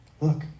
Look